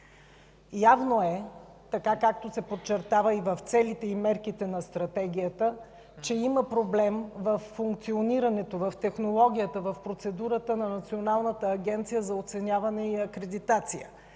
Явно е, както се подчертава в целите и мерките на стратегията, че има проблем във функционирането, в технологията, в процедурата на Националната агенция за оценяване и акредитация.